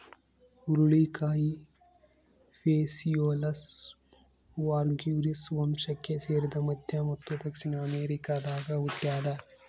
ಹುರುಳಿಕಾಯಿ Phaseolus vulgaris ವಂಶಕ್ಕೆ ಸೇರಿದ ಮಧ್ಯ ಮತ್ತು ದಕ್ಷಿಣ ಅಮೆರಿಕಾದಾಗ ಹುಟ್ಯಾದ